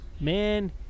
Man